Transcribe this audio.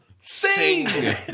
Sing